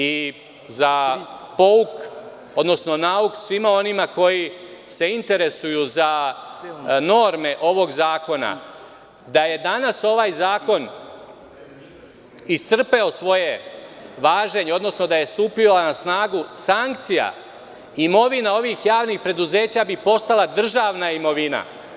I za nauksvima onima koji se interesuju za norme ovog zakona, da je danas ovaj zakon iscrpeo svoje važenje, odnosno da je stupila na snagu sankcija, imovina ovih javnih preduzeća bi postala državna imovina.